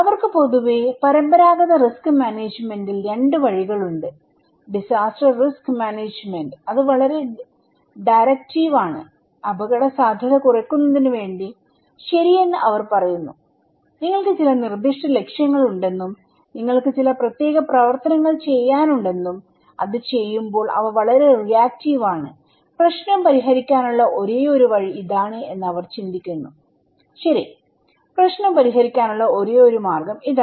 അവർക്ക് പൊതുവെ പരമ്പരാഗത റിസ്ക് മാനേജ്മെന്റിന്റെ 2 വഴികളുണ്ട്ഡിസാസ്റ്റർ റിസ്ക് മാനേജ്മെന്റ് അത് വളരെ ഡയറെക്റ്റീവ് ആണ് അപകടസാധ്യത കുറയ്ക്കുന്നതിന് വേണ്ടി ശരിയെന്ന് അവർ പറയുന്നു നിങ്ങൾക്ക് ചില നിർദ്ദിഷ്ട ലക്ഷ്യങ്ങളുണ്ടെന്നും നിങ്ങൾക്ക് ചില പ്രത്യേക പ്രവർത്തനങ്ങൾ ചെയ്യാനുണ്ടെന്നും അത് ചെയ്യുമ്പോൾ അവ വളരെ റിയാക്റ്റീവ് ആണ് പ്രശ്നം പരിഹരിക്കാനുള്ള ഒരേയൊരു വഴി ഇതാണ് എന്ന് അവർ ചിന്തിക്കുന്നു ശരി പ്രശ്നം പരിഹരിക്കാനുള്ള ഒരേയൊരു മാർഗ്ഗം ഇതാണ്